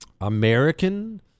American